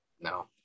No